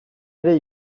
ere